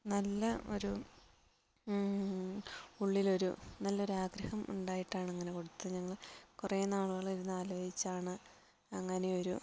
നല്ല ഒരു ഉള്ളിലൊരു നല്ലൊരാഗ്രഹം ഉണ്ടായിട്ടാണ് അങ്ങനെ കൊടുത്തത് ഞങ്ങൾ കുറേ നാളുകളിരുന്ന് ആലോചിച്ചാണ് അങ്ങനെയൊരു